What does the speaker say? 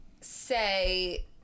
say